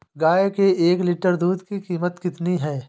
गाय के एक लीटर दूध की कीमत कितनी है?